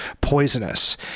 poisonous